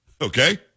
okay